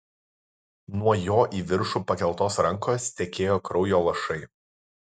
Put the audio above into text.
nuo jo į viršų pakeltos rankos tekėjo kraujo lašai